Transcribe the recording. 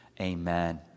Amen